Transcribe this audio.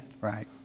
Right